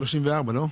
34, לא?